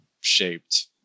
shaped